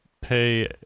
pay